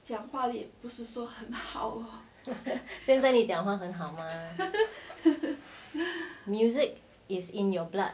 现在你讲话很好吗 music is in your blood